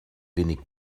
wenig